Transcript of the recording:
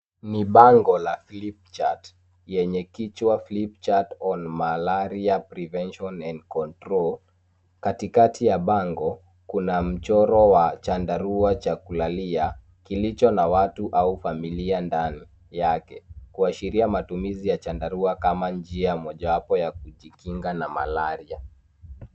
Ni bango la flip chart lenye kichwa Flip chart on Malaria Prevention and Control . Katikati ya bango, kuna mchoro wa chandarua cha kulalia kilicho na watu au familia ndani yake, kuashiria matumizi ya chandarua kama njia moja ya kujikinga na malaria.